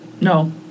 No